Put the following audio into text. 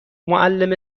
معلم